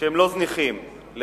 שהם לא זניחים בהכנה לקריאה הראשונה,